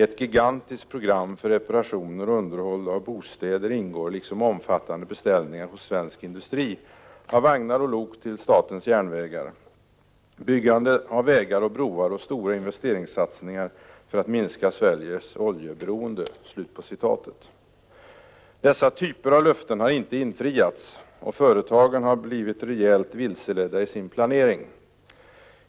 Ett gigantiskt program för reparationer och underhåll av bostäder ingår liksom omfattande beställningar hos svensk industri av vagnar och lok till Statens Järnvägar. Byggande av vägar och broar och stora investeringssatsningar för att minska Sveriges oljeberoende.” Dessa typer av löften har inte infriats, och företagen har blivit rejält vilseledda i sin planering.